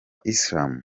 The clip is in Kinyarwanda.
islamu